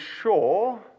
sure